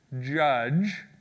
judge